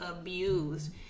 abused